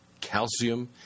calcium